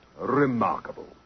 Remarkable